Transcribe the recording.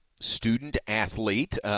student-athlete